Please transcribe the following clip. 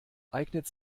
eignet